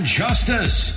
justice